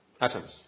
atoms